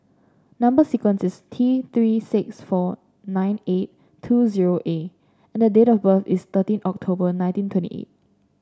number sequence is T Three six four nine eight two zero A and the date of birth is thirteen October nineteen twenty eight